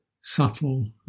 subtle